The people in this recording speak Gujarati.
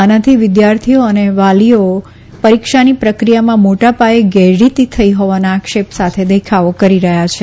આનાથી વિદ્યાર્થીઓ અને વાલીઓએ પરીક્ષાની પ્રક્રિયામાં મોટા પાયે ગેરરીતીઓ થઈ હોવાના આક્ષેપો સાથે દેખાવો કરી રહ્યાં છે